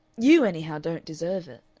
you, anyhow, don't deserve it,